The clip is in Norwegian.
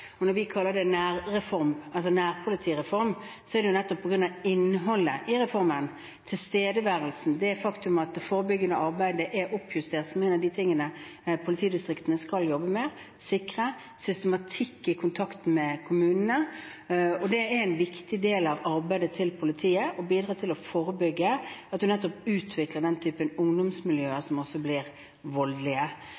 Når vi kaller det en «nærpolitireform», så er det jo nettopp på grunn av innholdet i reformen – tilstedeværelsen, det faktum at forebyggende arbeid er oppjustert som en av de tingene politidistriktene skal jobbe med, sikre systematikk i kontakten med kommunene. Det er en viktig del av arbeidet til politiet å bidra til å forebygge at det utvikler seg nettopp den typen ungdomsmiljøer